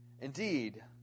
Indeed